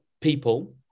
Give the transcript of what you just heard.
people